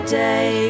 day